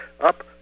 up